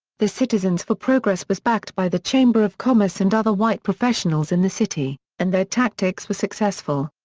the citizens for progress was backed by the chamber of commerce and other white professionals in the city, and their tactics were successful.